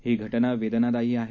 ही घटना वेदनादायी आहे